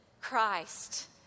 Christ